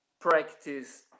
practice